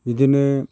बिदिनो